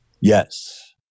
Yes